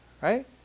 right